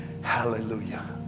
hallelujah